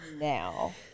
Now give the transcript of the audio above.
now